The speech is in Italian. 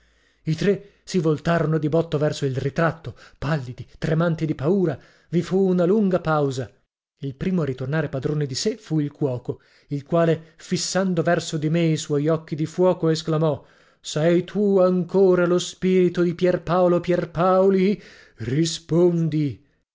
i tre si voltarono di botto verso il ritratto pallidi tremanti di paura i fu una lunga pausa il primo a ritornare padrone di sé fu il cuoco il quale fissando verso di me i suoi occhi di fuoco esclamò sei tu ancora lo spirito di pierpaolo pierpaoli rispondi